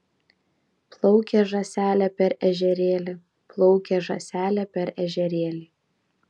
plaukė žąselė per ežerėlį plaukė žąselė per ežerėlį